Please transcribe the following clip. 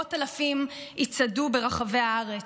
מאות אלפים יצעדו ברחבי הארץ.